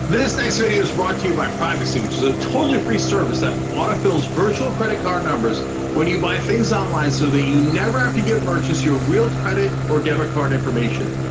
this next video is brought to you by privacy, which is a totally free service, that autofill virtual credit card numbers when you buy things online, so that you never have to give merchants your real credit or debit card information.